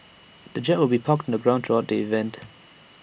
the jet will be parked on the ground throughout the event